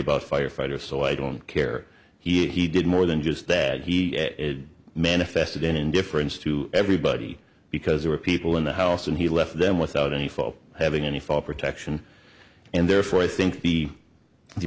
about firefighter so i don't care he he did more than just that he manifested an indifference to everybody because there were people in the house and he left them without any fault having any fall protection and therefore i think the